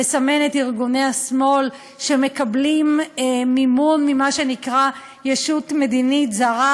לסמן את ארגוני השמאל שמקבלים מימון ממה שנקרא ישות מדינית זרה.